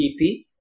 EP